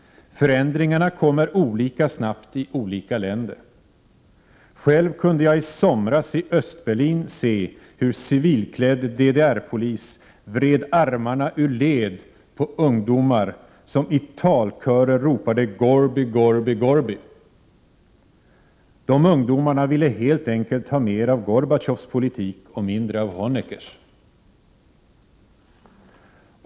Förändringarna kommer olika snabbt i olika i Sveri; latic länder. Själv kunde jag i somras i Östberlin se hur civilklädd DDR-polis vred EHdEbelskåsas armarna ur led på ungdomar som i talkörer ropade: Gorby, Gorby, Gorby. ” De ungdomarna ville helt enkelt ha mer av Gorbatjovs politik och mindre av Honeckers.